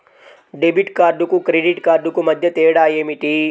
Debit కార్డుకు credit కార్డుకు మధ్య తేడా ఏమిటీ?